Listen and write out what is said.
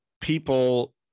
people